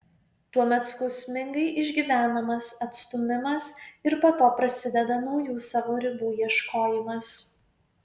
tuomet skausmingai išgyvenamas atstūmimas ir po to prasideda naujų savo ribų ieškojimas